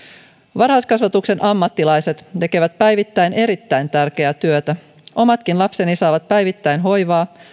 varhaiskasvatuksen ammattilaiset tekevät päivittäin erittäin tärkeää työtä omatkin lapseni saavat päivittäin hoivaa